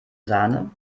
sahne